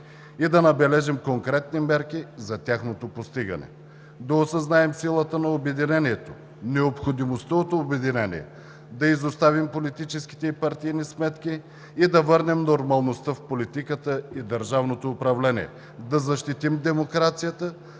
и да набележим конкретни мерки за тяхното постигане, да осъзнаем силата на обединението, необходимостта от обединение, да изоставим политическите и партийни сметки и да върнем нормалността в политиката и държавното управление, да защитим демокрацията,